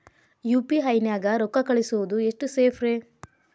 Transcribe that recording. UPI ನ್ಯಾಗ ರೊಕ್ಕ ಕಳಿಸೋದು ಎಷ್ಟ ಸೇಫ್ ರೇ?